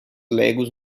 legos